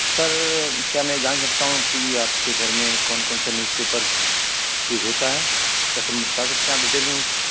سر کیا میں جان سکتا ہوں کہ آپ کے گھر میں کون کون سے نیوز پیپر یوز ہوتا ہے کیا سر مجھے بتا سکتے ہیں آپ ڈیٹیل میں مجھ سے